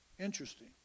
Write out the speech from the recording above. Interesting